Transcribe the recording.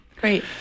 Great